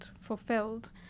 fulfilled